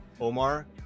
Omar